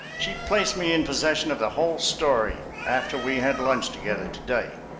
she placed me in possession of the whole story after we had lunched together to-day.